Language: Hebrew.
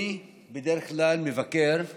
אני בדרך כלל עושה ביקורים,